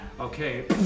okay